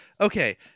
okay